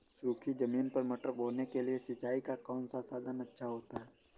सूखी ज़मीन पर मटर बोने के लिए सिंचाई का कौन सा साधन अच्छा होता है?